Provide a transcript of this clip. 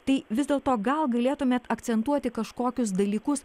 tai vis dėlto gal galėtumėt akcentuoti kažkokius dalykus